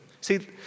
See